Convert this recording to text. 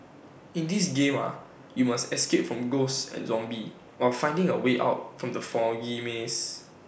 in this game are you must escape from ghosts and zombies while finding A way out from the foggy maze